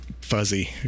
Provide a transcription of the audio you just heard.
fuzzy